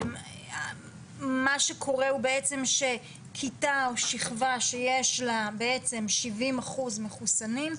מה שקורה הוא שכיתה או שכבה שיש לה 70% מחוסנים,